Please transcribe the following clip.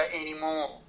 anymore